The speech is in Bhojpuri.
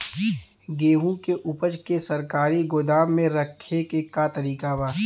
गेहूँ के ऊपज के सरकारी गोदाम मे रखे के का तरीका बा?